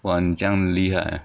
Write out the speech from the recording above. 哇你这样厉害啊